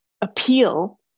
appeal